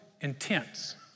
intense